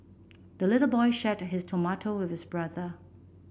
the little boy shared his tomato with his brother